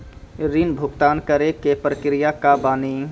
ऋण भुगतान करे के प्रक्रिया का बानी?